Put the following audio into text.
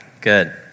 Good